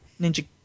Ninja